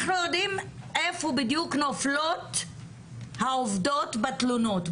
אנחנו יודעים איפה בדיוק נופלות העובדות בתלונות,